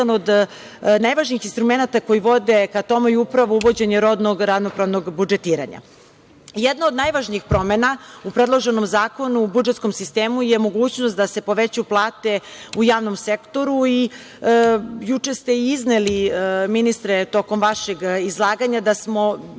jedan od najvažnijih instrumenata koji vode ka tome je upravo uvođenje rodnog ravnopravnog budžetiranja. Jedna od najvažnijih promena u predloženom Zakonu o budžetskom sistemu je mogućnost da povećaju plate u javnom sektoru i juče ste izneli, ministre, tokom vašeg izlaganja da